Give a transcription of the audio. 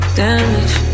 damage